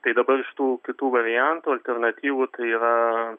tai dabar iš tų kitų variantų alternatyvų tai yra